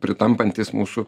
pritampantys mūsų